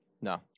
no